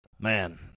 Man